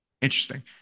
interesting